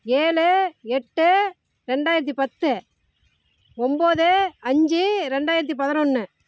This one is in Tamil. ஏழு எட்டு ரெண்டாயிரத்தி பத்து ஒம்பது அஞ்சு ரெண்டாயிரத்தி பதினொன்னு